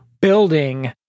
building